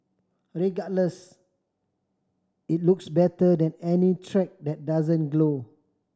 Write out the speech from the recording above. regardless it looks better than any track that doesn't glow